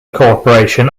corporation